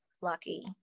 lucky